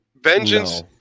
Vengeance